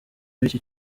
w’iki